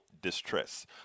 Distress